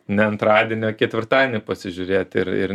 ne antradienį o ketvirtadienį pasižiūrėti ir ir